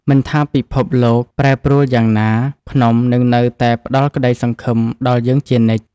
មិនថាពិភពលោកប្រែប្រួលយ៉ាងណា ភ្នំនឹងនៅតែផ្ដល់ក្ដីសង្ឃឹមដល់យើងជានិច្ច។